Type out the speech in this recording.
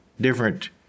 different